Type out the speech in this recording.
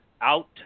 out